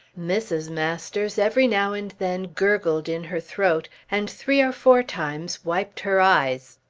mrs. masters every now and then gurgled in her throat, and three or four times wiped her eyes.